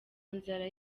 nzara